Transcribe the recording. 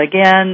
again